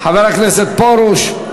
חבר הכנסת פרוש.